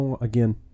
again